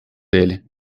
dele